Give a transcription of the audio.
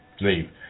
leave